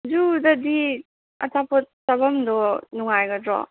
ꯖꯨꯗꯗꯤ ꯑꯆꯥꯄꯣꯠ ꯆꯥꯐꯝꯗꯣ ꯅꯨꯡꯉꯥꯏꯒꯗ꯭ꯔꯣ